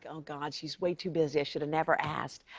ah oh, god, she's way too busy. i should've never asked.